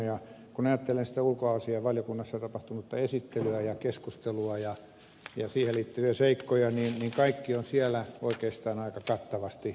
kun ajattelen sitä ulkoasiainvaliokunnassa tapahtunutta esittelyä ja keskustelua ja siihen liittyviä seikkoja niin kaikki on siellä oikeastaan aika kattavasti sanottu